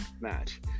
match